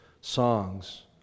songs